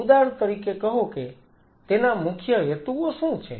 ઉદાહરણ તરીકે કહો કે તેના મુખ્ય હેતુઓ શું છે